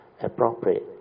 appropriate